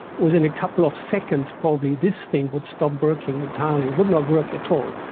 within a couple of seconds probably this thing would stop working entirely, it would not work at all,